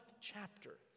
chapter